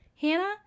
Hannah